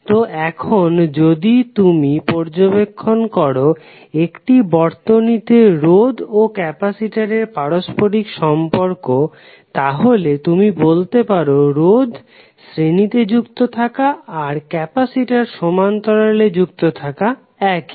তো এখন যদি তুমি পর্যবেক্ষণ করো একটি বর্তনীতে রোধ ও ক্যাপাসিটরের পারস্পরিক সম্পর্ক তাহলে তুমি বলতে পারো রোধ শ্রেণী তে যুক্ত থাকা আর ক্যাপাসিটর সমান্তরালে যুক্ত থাকা একই